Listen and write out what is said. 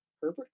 Herbert